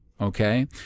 Okay